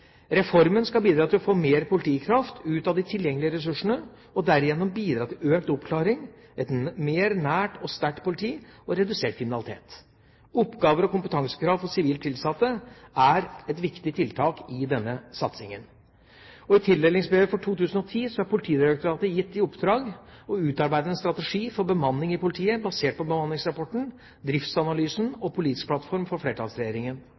Reformen skal bidra til å få mer politikraft ut av de tilgjengelige ressursene, og derigjennom bidra til økt oppklaring, et mer nært og sterkt politi og redusert kriminalitet. Oppgaver og kompetansekrav for sivilt tilsatte er et viktig tiltak i denne satsingen. I tildelingsbrevet for 2010 er Politidirektoratet gitt i oppdrag å utarbeide en strategi for bemanning i politiet basert på bemanningsrapporten, driftsanalysen og den politiske plattformen for